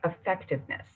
effectiveness